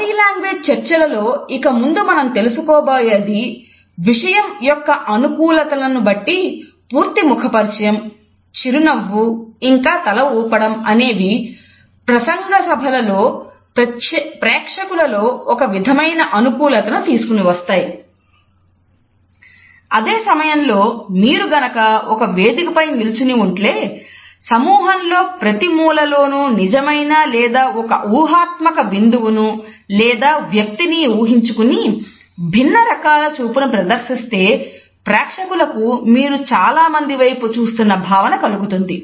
body language చర్చలలో విషయం యొక్క అనుకూలతను బట్టి పూర్తి ముఖ పరిచయం చిరునవ్వు ఇంకా తలఊపడం అనేవి ప్రత్యేకించి ప్రసంగసభలలో ప్రేక్షకులలో ఒక విధమైన అనుకూలతను తీసుకొని వస్తాయి అదే సమయంలో మీరు గనుక ఒక వేదికపై నిల్చుని ఉన్నట్లయితే సమూహంలో ప్రతి మూలలోనూ నిజమైన లేదా ఒక ఊహాత్మక బిందువును లేక వ్యక్తిని ఊహించుకొని భిన్న రకాల చూపును ప్రదర్శిస్తే ప్రేక్షకులకు మీరు చాలామంది వైపు చూస్తున్న భావన కలుగుతుంది